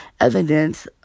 evidence